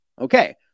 Okay